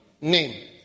name